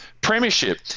Premiership